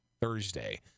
Thursday